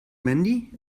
mandy